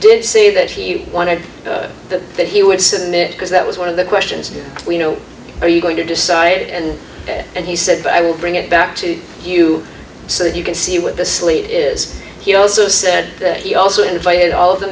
did say that he wanted it that he would sit in it because that was one of the questions we know are you going to decide and and he said but i will bring it back to you so that you can see what the slate is he also said that he also invited all of the